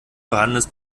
vorhandenes